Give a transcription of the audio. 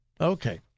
Okay